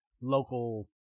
local